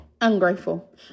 Ungrateful